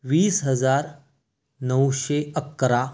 वीस हजार नऊशे अकरा